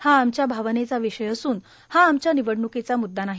हा आमच्या भावनेचा विषय असुन हा आमच्या निवडण्कीचा मुद्दा नाही